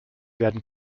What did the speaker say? werden